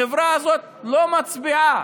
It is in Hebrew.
החברה הזאת לא מצביעה.